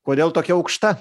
kodėl tokia aukšta